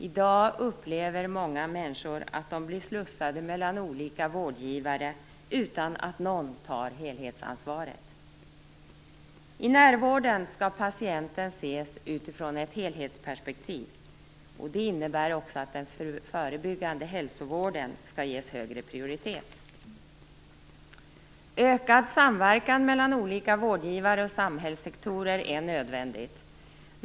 I dag upplever många människor att de blir slussade mellan olika vårdgivare utan att någon tar helhetsansvaret. I närvården skall patienten ses utifrån ett helhetsperspektiv. Det innebär också att den förebyggande hälsovården skall ges högre prioritet. Ökad samverkan mellan olika vårdgivare och samhällssektorer är nödvändig.